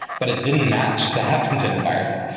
but it didn't match the app engine environment.